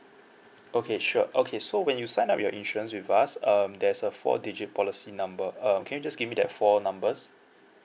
okay sure okay so when you sign up your insurance with us um there's a four digit policy number um can you just give me that four numbers